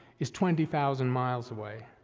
is twenty thousand miles away.